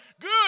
good